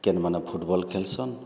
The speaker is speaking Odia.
କେନ୍ ମାନେ ଫୁଟବଲ୍ ଖେଲ୍ସନ୍